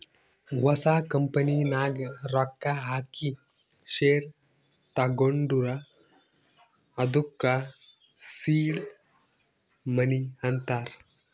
ಹೊಸ ಕಂಪನಿ ನಾಗ್ ರೊಕ್ಕಾ ಹಾಕಿ ಶೇರ್ ತಗೊಂಡುರ್ ಅದ್ದುಕ ಸೀಡ್ ಮನಿ ಅಂತಾರ್